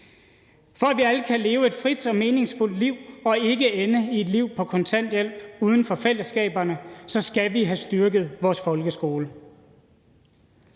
For at vi alle kan leve et frit og meningsfuldt liv og ikke ende i et liv på kontanthjælp uden for fællesskaberne, skal vi have styrket vores folkeskole.